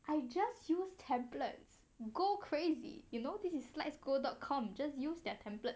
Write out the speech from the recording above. I just use templates go crazy you know this is slides go dot com just use their template